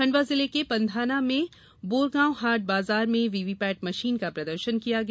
खण्डवा जिले के पंधाना में बोरगांव हाट बाजार में वीवीपैट मशीन का प्रदर्शन किया गया